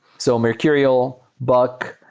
so mercurial, buck.